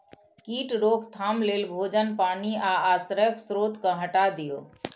कीट रोकथाम लेल भोजन, पानि आ आश्रयक स्रोत कें हटा दियौ